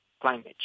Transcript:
climate